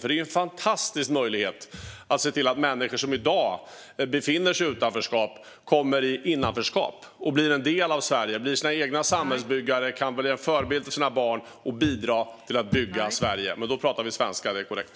Det här är en fantastisk möjlighet att se till att människor som i dag befinner sig i utanförskap kommer i innanförskap och blir en del av Sverige, bidrar till att bygga Sverige och blir en förebild för sina barn. Men då pratar vi svenska, det är korrekt.